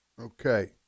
Okay